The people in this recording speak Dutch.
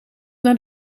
naar